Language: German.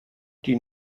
die